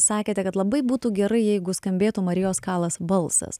sakėte kad labai būtų gerai jeigu skambėtų marijos kalas balsas